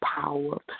power